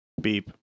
Beep